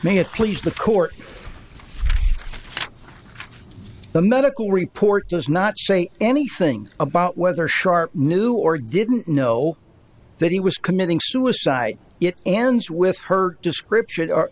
it please the court the medical report does not say anything about whether sharpe knew or didn't know that he was committing suicide it ends with her description or